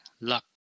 luck